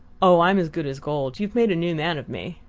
oh, i'm as good as gold. you've made a new man of me!